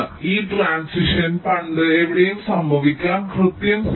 ഈ ട്രാന്സിഷൻ പണ്ട് എവിടെയും സംഭവിക്കാം കൃത്യം 0